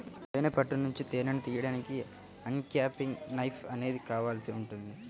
తేనె పట్టు నుంచి తేనెను తీయడానికి అన్క్యాపింగ్ నైఫ్ అనేది కావాల్సి ఉంటుంది